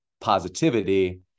positivity